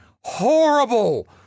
Horrible